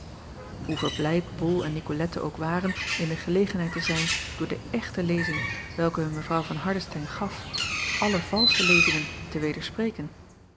verblijd ol en icolette ook waren in de gelegenheid te zijn door de echte lezing welke hun w van ardestein gaf alle valsche lezingen te